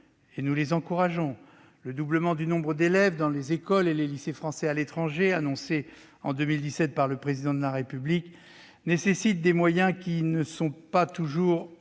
nous les encourageons. Le doublement du nombre d'élèves dans les écoles et lycées français à l'étranger, annoncé en 2017 par le Président de la République, nécessite des moyens qui ne sont toujours